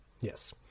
Yes